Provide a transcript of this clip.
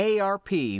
ARP